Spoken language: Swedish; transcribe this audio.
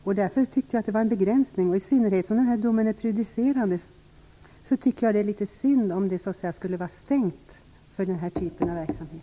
Därför tycker jag att domen innebär en begränsning - i synnerhet som den är prejudicerande. Jag tycker att det är litet synd om det skulle vara stängt för denna typ av verksamhet.